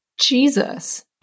Jesus